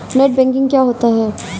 Net banking क्या होता है?